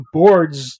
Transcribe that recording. boards